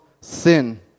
sin